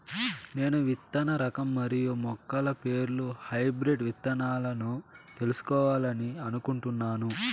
నేను విత్తన రకం మరియు మొలకల పేర్లు హైబ్రిడ్ విత్తనాలను తెలుసుకోవాలని అనుకుంటున్నాను?